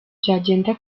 byagenda